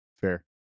Fair